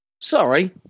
Sorry